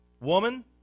Woman